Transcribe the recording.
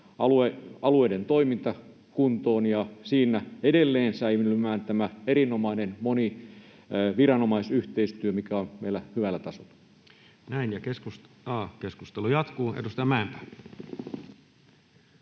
alueiden toiminta kuntoon ja siinä edelleen säilymään tämä erinomainen moniviranomaisyhteistyö, mikä on meillä hyvällä tasolla. [Speech 171] Speaker: Toinen